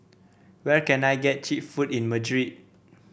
where can I get cheap food in Madrid